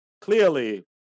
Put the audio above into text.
clearly